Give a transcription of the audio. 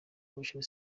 convention